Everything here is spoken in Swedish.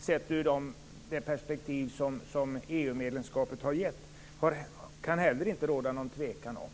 sett i det perspektiv som EU-medlemskapet har gett, kan det inte heller råda någon tvekan om.